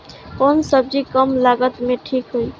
कौन सबजी कम लागत मे ठिक होई?